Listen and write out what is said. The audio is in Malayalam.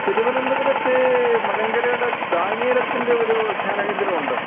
തിരുവനന്തപുരത്ത് മലങ്കരയുടെ ഡാനിയേൽച്ചൻ്റെ ഒരു ധ്യാനകേന്ദ്രം ഉണ്ട്